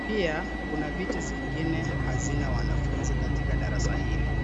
Pia kuna viti zingine hazina wanafunzi katika darasa hili.